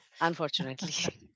Unfortunately